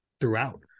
throughout